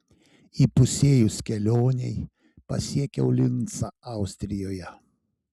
įpusėjus kelionei pasiekiau lincą austrijoje